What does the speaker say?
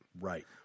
Right